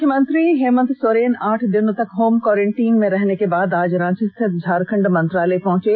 मुख्यमंत्री हेमंत सोरेन आठ दिनों तक होम क्वारंटीन रहने के बाद आज रांची स्थित झारखण्ड मंत्रालय मंत्रालय पहंचे